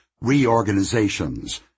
reorganizations